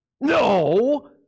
No